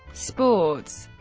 sports